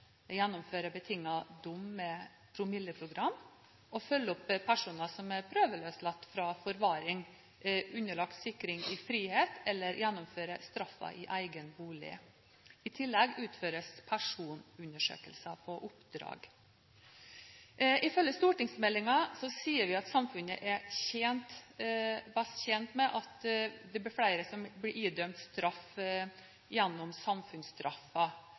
gjennomfører betinget dom med promilleprogram, og følger opp personer som er prøveløslatt fra forvaring, underlagt sikring i frihet eller gjennomfører straffen i egen bolig. I tillegg utføres personundersøkelser på oppdrag. Ifølge stortingsmeldingen sier vi at samfunnet er best tjent med at det blir flere som blir idømt straff gjennom samfunnsstraffen.